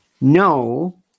No